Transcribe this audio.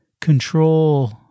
control